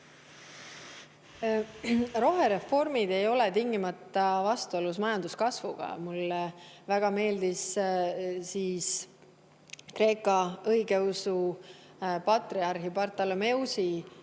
Rohereformid ei ole tingimata vastuolus majanduskasvuga. Mulle väga meeldib kreeka õigeusu patriarhi Bartolomeusi